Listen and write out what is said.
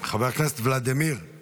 חבר הכנסת ולדימיר,